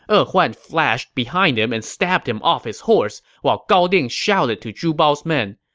e huan flashed behind him and stabbed him off his horse, while gao ding shouted to zhu bao's men,